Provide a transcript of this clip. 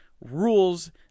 rules